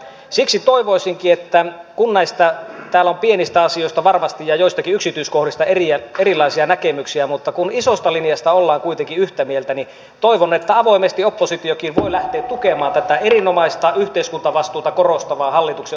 siksi toivoisinkin kun täällä on pienistä asioista varmasti ja joistakin yksityiskohdista erilaisia näkemyksiä mutta isosta linjasta ollaan kuitenkin yhtä mieltä että avoimesti oppositiokin voi lähteä tukemaan tätä erinomaista yhteiskuntavastuuta korostavaa hallituksen omistajapolitiikkaa